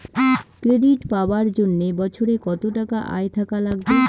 Credit পাবার জন্যে বছরে কত টাকা আয় থাকা লাগবে?